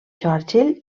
churchill